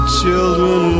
children